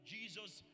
Jesus